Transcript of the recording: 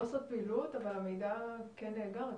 לא עושות פעילות אבל המידע כן נאגר אצלן.